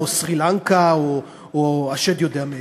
סרי-לנקה או השד יודע מאיפה.